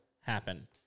happen